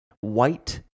white